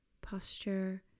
posture